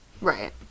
Right